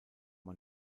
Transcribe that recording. man